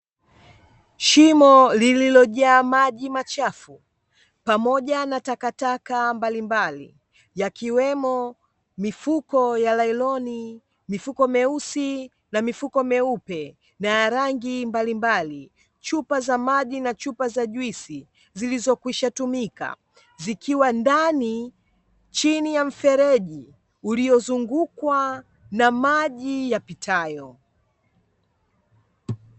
Shimo lililojaa maji machafu pamoja na takataka mbalimbali, yakiwemo mifuko ya lailoni mifuko meusi na mifuko meupe na ya rangi mbalimbali, chupa za maji na chupa za juisi zilizokwisha tumika zikiwa ndani chini ya mfereji ulyozungukwa na maji yapitayo.